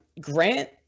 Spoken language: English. Grant